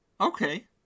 Okay